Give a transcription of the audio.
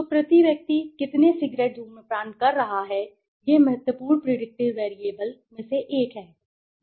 तो प्रति व्यक्ति कितने सिगरेट धूम्रपान कर रहा है यह महत्वपूर्ण प्रीडिक्टर वेरिएबल में से एक है